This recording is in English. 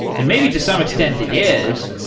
and maybe to some extent it is.